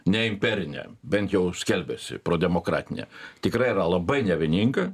ne imperinė bent jau skelbiasi prodemokratinė tikrai yra labai nevieninga